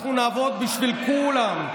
אנחנו נעבוד בשביל כולם.